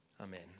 Amen